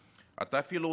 אתה אפילו הודית,